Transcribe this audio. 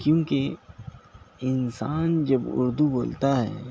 کیونکہ انسان جب اردو بولتا ہے